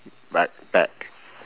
right back